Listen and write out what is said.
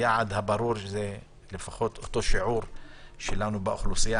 היעד הברור זה לפחות אותו שיעור שלנו באוכלוסייה,